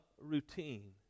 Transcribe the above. routine